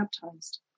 baptized